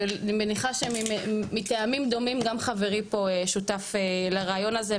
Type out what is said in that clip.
ואני מניחה שמטעמים דומים גם חברי פה שותף לרעיון הזה,